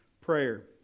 prayer